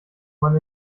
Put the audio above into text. man